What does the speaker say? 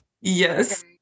Yes